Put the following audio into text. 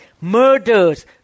murders